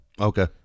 Okay